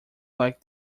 like